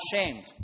ashamed